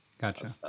gotcha